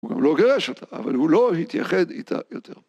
הוא גם לא גירש אותה, אבל הוא לא התייחד איתה יותר.